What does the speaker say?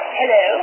hello